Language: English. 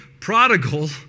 prodigal